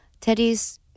Teddy's